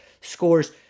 scores